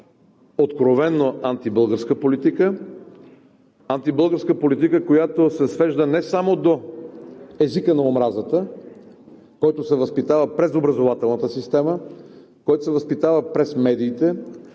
откровено антибългарска политика. Антибългарска политика, която се свежда не само до езика на омразата, който се възпитава през образователната система, който се възпитава през медиите,